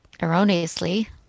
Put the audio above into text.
erroneously